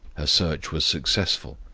her search was successful,